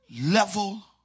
level